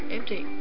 Empty